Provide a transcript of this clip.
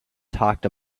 talked